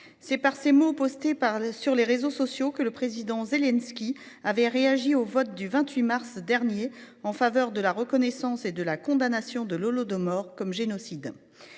C'est par ces mots postés par le sur les réseaux sociaux que le président Zelensky avait réagi au vote du 28 mars dernier en faveur de la reconnaissance et de la condamnation de l'Holodomor comme génocide.